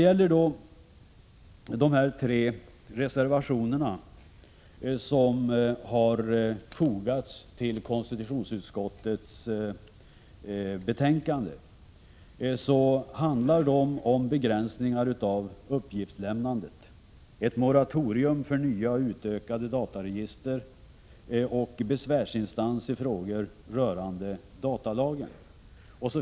Till utskottets betänkande har fogats tre reservationer. De behandlar begränsningar av uppgiftslämnandet, ett moratorium för nya och utökade dataregister och besvärsinstans i frågor rörande datalagen.